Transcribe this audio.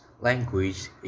language